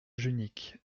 junique